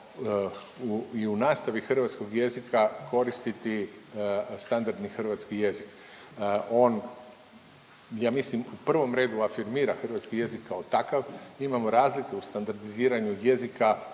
i u nastavi hrvatskog jezika koristiti standardni hrvatski jezik. On ja mislim u prvom redu afirmira hrvatski jezik kao takav. Imamo razliku u standardiziranju jezika